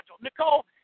Nicole